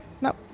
No